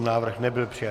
Návrh nebyl přijat.